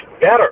Better